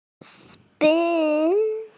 spin